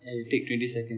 you take twenty second